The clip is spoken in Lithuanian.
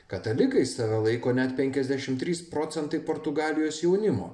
katalikais save laiko net penkiasdešim trys procentai portugalijos jaunimo